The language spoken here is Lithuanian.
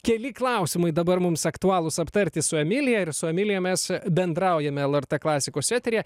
keli klausimai dabar mums aktualūs aptarti su emilija ir su emilija mes bendraujame lrt klasikos eteryje